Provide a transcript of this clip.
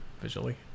visually